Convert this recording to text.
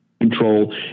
control